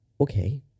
okay